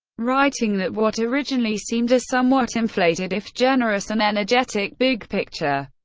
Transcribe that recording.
writing that what originally seemed a somewhat inflated, if generous and energetic, big picture,